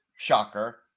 shocker